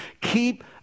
keep